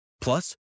Plus